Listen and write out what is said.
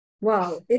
Wow